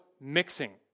mixing